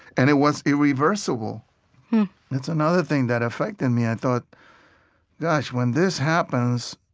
and it was irreversible that's another thing that affected me. i thought gosh, when this happens,